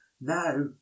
Now